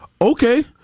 okay